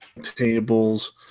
tables